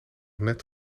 net